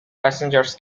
passengers